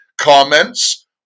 comments